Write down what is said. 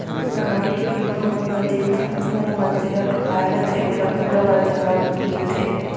गाड़ी के बीमा होय म जेन सामने वाला मनसे ह ठोंकाय रथे ओला घलौ हरजाना मिलथे